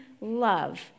love